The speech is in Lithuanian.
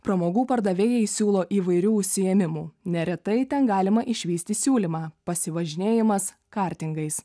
pramogų pardavėjai siūlo įvairių užsiėmimų neretai ten galima išvysti siūlymą pasivažinėjimas kartingais